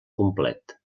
complet